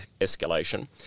escalation